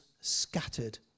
scattered